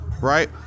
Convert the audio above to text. Right